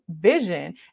vision